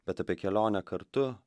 bet apie kelionę kartu